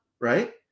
right